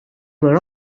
were